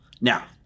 Now